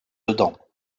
dedans